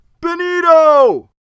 Benito